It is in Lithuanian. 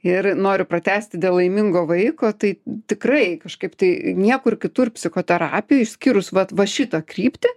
ir noriu pratęsti dėl laimingo vaiko tai tikrai kažkaip tai niekur kitur psichoterapijoj išskyrus vat va šitą kryptį